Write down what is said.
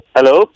Hello